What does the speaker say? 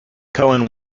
cohn